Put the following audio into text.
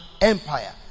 Empire